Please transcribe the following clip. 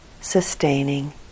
sustaining